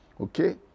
okay